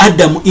Adam